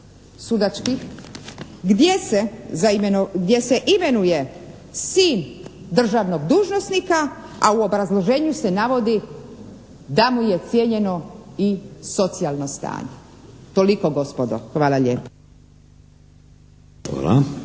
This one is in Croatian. sudačkih gdje se imenuje sin državnog dužnosnika a u obrazloženju se navodi da mu je cijenjeno i socijalno stanje. Toliko, gospodo. Hvala lijepa.